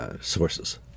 sources